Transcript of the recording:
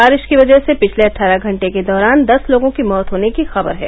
बारिश की वजह से पिछले अट्ठारह घंटे के दौरान दस लोगों की मौत होने की खबर है